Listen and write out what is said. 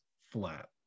flat